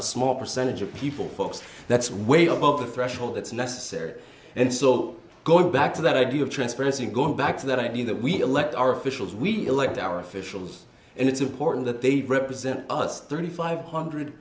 a small percentage of people folks that's way above the threshold that's necessary and it's all going back to that idea of transparency and go back to that idea that we elect our officials we elect our officials and it's important that they represent us thirty five hundred